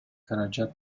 каражат